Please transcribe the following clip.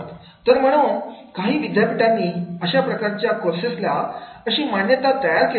तर म्हणून काही विद्यापीठांनी अशा प्रकारच्या कोर्सला अशी मान्यता तयार केली आहे